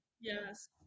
Yes